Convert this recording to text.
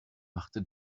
machte